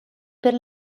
per